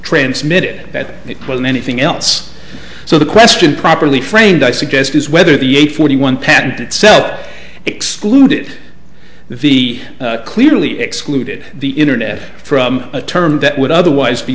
transmitted that it wasn't anything else so the question properly framed i suggest is whether the eight forty one patent itself excluded the clearly excluded the internet from a term that would otherwise be